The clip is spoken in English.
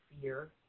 fear